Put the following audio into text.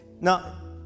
Now